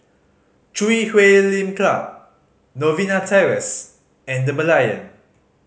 Chui Huay Lim Club Novena Terrace and The Merlion